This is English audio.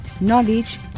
knowledge